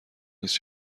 نیست